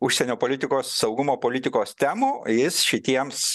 užsienio politikos saugumo politikos temų jis šitiems